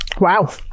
Wow